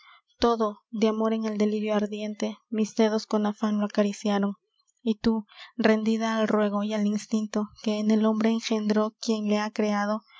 todo de amor en el delirio ardiente mis dedos con afan lo acariciaron y tú rendida al ruego y al instinto que en el hombre engendró quien le ha creado